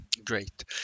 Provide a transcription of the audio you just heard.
Great